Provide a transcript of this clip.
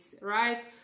right